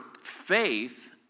faith